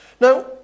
Now